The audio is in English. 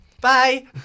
Bye